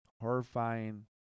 horrifying